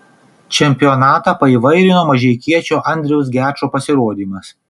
čempionatą paįvairino mažeikiečio andriaus gečo pasirodymas